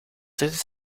zitten